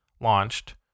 launched